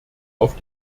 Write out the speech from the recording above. auf